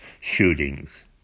shootings